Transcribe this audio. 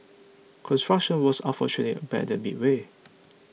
construction was unfortunately abandoned midway